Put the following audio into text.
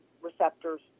receptors